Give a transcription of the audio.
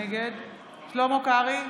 נגד שלמה קרעי,